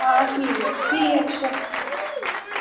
आं ठीक ऐ ठीक ऐ अच्छा